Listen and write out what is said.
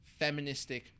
feministic